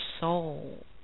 soul